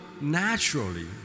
naturally